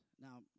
Now